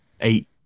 eight